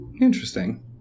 interesting